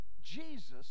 jesus